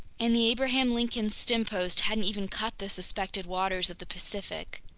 and the abraham lincoln's stempost hadn't even cut the suspected waters of the pacific.